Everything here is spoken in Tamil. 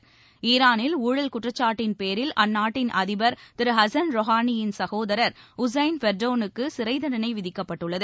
பேரில் ஈரானில் ஊழல் குற்றச்சாட்டின் அந்நாட்டன் அதிபர் திரு ஹசன் ரோஹானியின் சகோதரர் உசைன் ஃபெர்டோனுக்கு சிறைத்தண்டனை விதிக்கப்பட்டுள்ளது